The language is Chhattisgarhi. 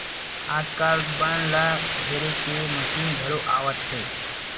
आजकाल बन ल हेरे के मसीन घलो आवत हे